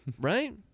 right